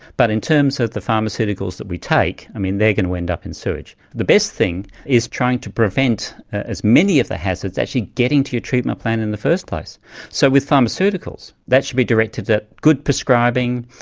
but in terms of the pharmaceuticals that we take i mean they are going to end up in sewage. the best thing is trying to prevent as many of the hazards actually getting to your treatment plant in the first place so with pharmaceuticals that should be directed at good prescribing,